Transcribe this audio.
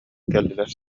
кэллилэр